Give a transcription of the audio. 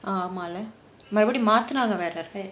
ஆமால மறுபடியும் மாத்துனாங்க வேற:aamaala marubadiyum maathunaanga vera